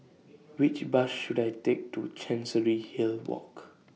Which Bus should I Take to Chancery Hill Walk